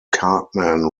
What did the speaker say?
cartman